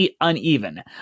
uneven